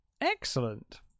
Excellent